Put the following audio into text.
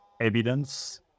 evidence